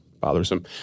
Bothersome